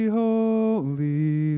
holy